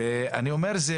אני אומר,